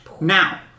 Now